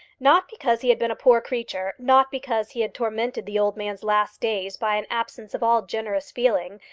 not because he had been a poor creature, not because he had tormented the old man's last days by an absence of all generous feeling,